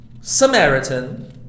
Samaritan